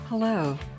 Hello